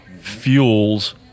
Fuels